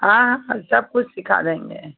हाँ हाँ हम सब कुछ सिखा देंगे